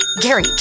Gary